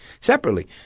Separately